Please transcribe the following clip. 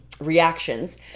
reactions